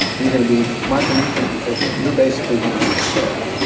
you're going to be micronutrient deficient. you're basically going to be sick,